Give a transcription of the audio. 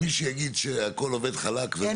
מי שיגיד שהכול עובד חלק זה לא.